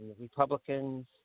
Republicans